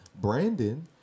Brandon